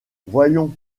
voyons